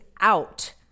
out